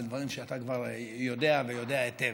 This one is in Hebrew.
על הדברים שאתה כבר יודע ויודע היטב.